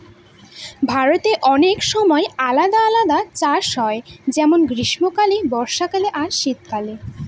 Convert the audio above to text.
ভারতে অনেক সময় আলাদা আলাদা চাষ হয় যেমন গ্রীস্মকালে, বর্ষাকালে আর শীত কালে